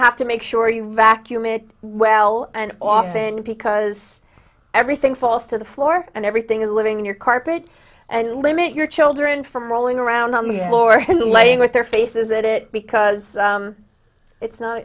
have to make sure you vacuum it well and off then because everything falls to the floor and everything is living in your carpet and limit your children from rolling around on the floor and laying with their faces at it because it's not